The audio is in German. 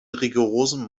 rigorosen